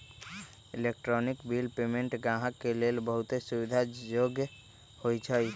electronic bill payment गाहक के लेल बहुते सुविधा जोग्य होइ छइ